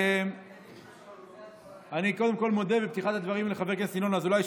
אני קודם מודה בפתיחת הדברים לחבר הכנסת ינון אזולאי,